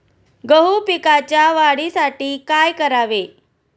गहू पिकाच्या वाढीसाठी काय करावे?